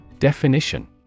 Definition